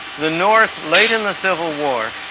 the north, late in the civil war,